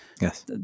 Yes